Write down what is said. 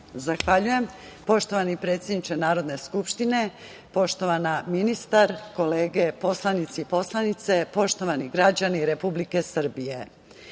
Zahvaljujem. Poštovani predsedniče Narodne skupštine, poštovana ministar, kolege poslanici i poslanice, poštovani građani Republike Srbije,